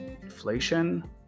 Inflation